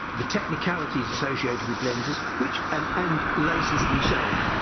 the technicalities associated with lenses which um and lasers themselves.